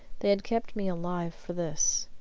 they had kept me alive-for this.